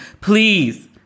please